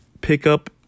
pickup